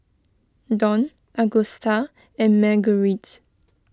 Dawn Agusta and Marguerites